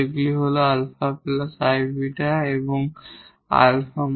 যেগুলি হল 𝛼 𝑖𝛽 and 𝛼 − 𝑖𝛽